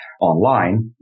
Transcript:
online